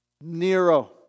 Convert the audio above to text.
Nero